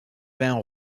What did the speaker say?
vins